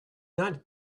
not